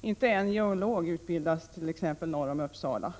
Inte en geolog utbildas t.ex. norr om Uppsala.